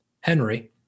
Henry